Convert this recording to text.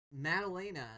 Madalena